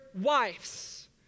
wives